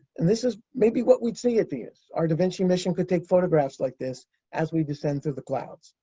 and this is maybe what we'd see at venus. our davinci mission could take photographs like this as we descend through the clouds.